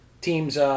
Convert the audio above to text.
teams